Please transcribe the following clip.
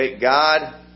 God